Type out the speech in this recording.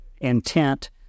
intent